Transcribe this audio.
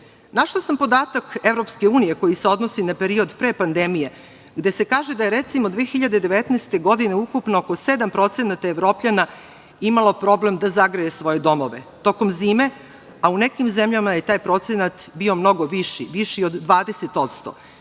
sam podatak EU koji se odnosi na period pre pandemije gde se kaže da je, recimo, 2019. godine ukupno oko 7% Evropljana imalo problem da zagreje svoje domove tokom zime, a u nekim zemljama je taj procenat bio mnogo viši, viši od 20%